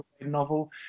novel